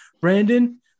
Brandon